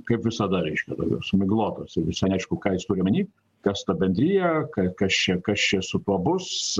kaip visada reiškia tokios miglotos ir visai neaišku ką jis turi omeny kas ta bendrija ka kas čia kas čia su tuo bus